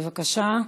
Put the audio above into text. בבקשה,